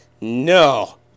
No